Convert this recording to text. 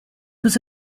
was